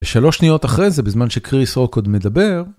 ושלוש שניות אחרי זה, בזמן שכריס רוקוד מדבר.